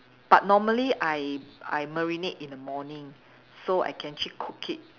but normally I I marinate in the morning so I can actually cook it